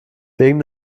wegen